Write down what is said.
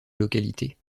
localité